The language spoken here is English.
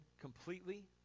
completely